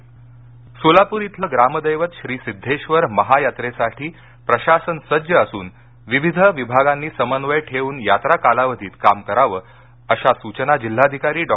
सिध्देश्वर यात्रा सोलापूर इथलं ग्रामदैवत श्री सिध्देश्वर महायात्रेसाठी प्रशासन सज्ज असुन विविध विभागांनी समन्वय ठेवून यात्रा कालावधीत काम करावं अशा सूचना जिल्हाधिकारी डॉ